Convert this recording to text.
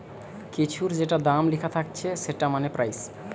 কিছুর যেটা দাম লিখা থাকছে সেটা মানে প্রাইস